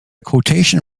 quotation